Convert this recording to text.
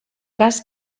cas